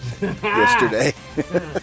yesterday